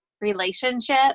relationship